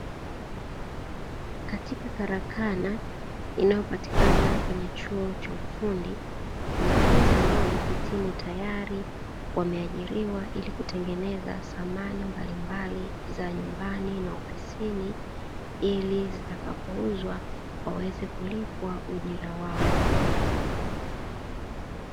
Katika karakana inayopatikana kwenye chuo cha ufundi, wanafunzi ambao wamehitimu tayari wameajiriwa ili kutengeneza samani mbalimbali za nyumbani na ofisini, ili zitakapouzwa waweze kulipwa ujira wao.